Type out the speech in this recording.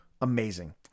Amazing